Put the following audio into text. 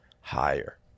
higher